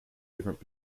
different